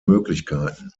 möglichkeiten